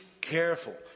careful